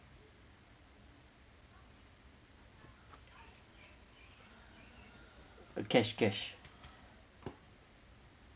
uh cash cash